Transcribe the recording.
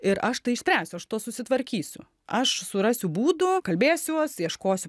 ir aš tai išspręsiu aš tuo susitvarkysiu aš surasiu būdų kalbėsiuos ieškosiu